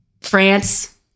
France